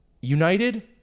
United